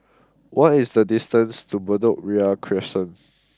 what is the distance to Bedok Ria Crescent